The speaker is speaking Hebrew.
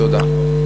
תודה.